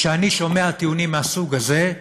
כשאני שומע טיעונים מהסוג הזה,